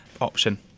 option